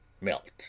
melt